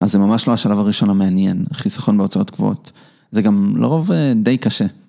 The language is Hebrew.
אז זה ממש לא השלב הראשון המעניין, החיסכון בהוצאות קבועות. זה גם לרוב די קשה.